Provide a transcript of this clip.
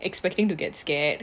expecting to get scared